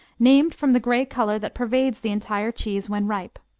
named from the gray color that pervades the entire cheese when ripe.